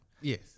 Yes